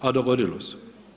A dogodilo se.